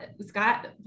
Scott